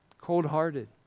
cold-hearted